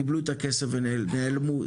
קיבלו את הכסף ונעלמו.